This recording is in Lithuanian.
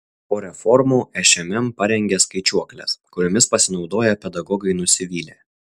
po reformų šmm parengė skaičiuokles kuriomis pasinaudoję pedagogai nusivylė